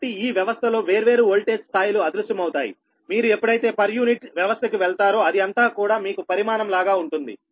కాబట్టి ఈ వ్యవస్థలో వేర్వేరు వోల్టేజ్ స్థాయిలు అదృశ్యమవుతాయి మీరు ఎప్పుడైతే పర్ యూనిట్ వ్యవస్థకి వెళ్తారో అది అంతా కూడా మీకు పరిమాణం లాగా ఉంటుంది